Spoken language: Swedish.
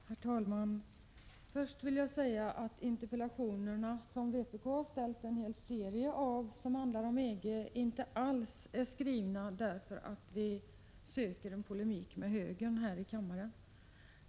Herr talman! Först vill jag säga att den serie av interpellationer om EG som vpk har ställt inte alls är skriven därför att vi söker en polemik med högern här i kammaren.